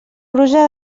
brusa